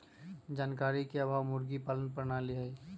जानकारी के अभाव मुर्गी पालन प्रणाली हई